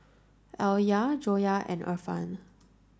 Alya Joyah and Irfan